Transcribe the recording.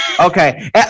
Okay